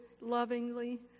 lovingly